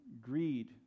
greed